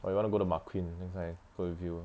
or you want to go to marquee next time go with you